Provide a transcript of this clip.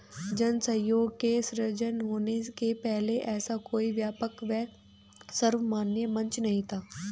जन सहयोग के सृजन होने के पहले ऐसा कोई व्यापक व सर्वमान्य मंच नहीं था